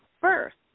first